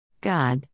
God